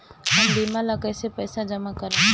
हम बीमा ला कईसे पईसा जमा करम?